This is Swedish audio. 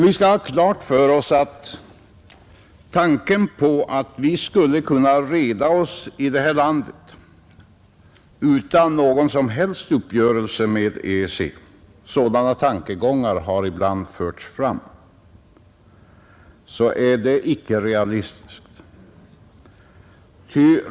Vi skall ha klart för oss att tanken på att vi skulle kunna reda oss i detta land utan någon som helst uppgörelse med EEC, som ibland förts fram, icke är realistisk.